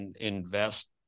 invest